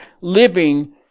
living